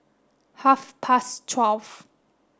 half past twelve